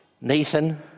Nathan